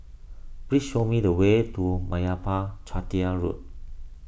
please show me the way to Meyappa Chettiar Road